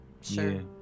Sure